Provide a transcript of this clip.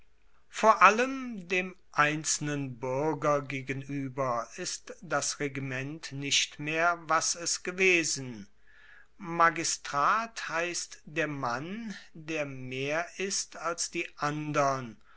vor allem dem einzelnen buerger gegenueber ist das regiment nicht mehr was es gewesen magistrat heisst der mann der mehr ist als die andern